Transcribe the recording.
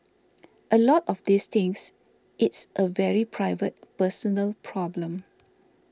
a lot of these things it's a very private personal problem